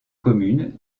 communes